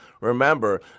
Remember